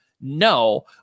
No